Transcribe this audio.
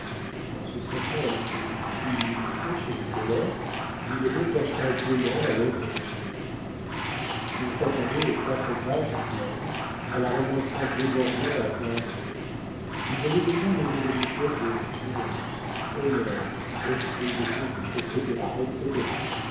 en se sachant un crédit illimité chez les keller il décacheta gaiement la lettre de chesnel il s'attendait aux quatre pages pleines à la remontrance débordant à pleins bords il voyait déjà les mots habituels de prudence honneur esprit de conduite etc etc